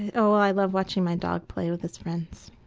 and oh, i love watching my dog play with his friends.